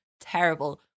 terrible